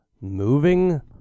moving